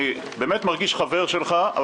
אני באמת מרגיש חבר שלך,